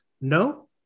no